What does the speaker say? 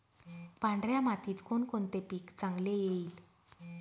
पांढऱ्या मातीत कोणकोणते पीक चांगले येईल?